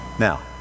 Now